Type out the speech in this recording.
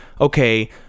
okay